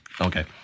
Okay